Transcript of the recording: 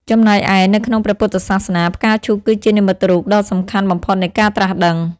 ចំណែកឯ នៅក្នុងព្រះពុទ្ធសាសនា ផ្កាឈូកគឺជា និមិត្តរូបដ៏សំខាន់បំផុតនៃការត្រាស់ដឹង។